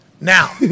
Now